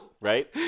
right